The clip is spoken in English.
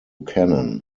canon